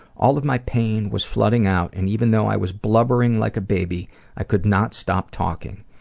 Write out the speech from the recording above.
all of my pain was flooding out and even though i was blubbering like a baby i could not stop talking.